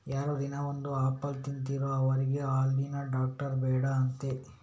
ಯಾರು ದಿನಾ ಒಂದು ಆಪಲ್ ತಿಂತಾರೋ ಅವ್ರಿಗೆ ಹಲ್ಲಿನ ಡಾಕ್ಟ್ರು ಬೇಡ ಅಂತೆ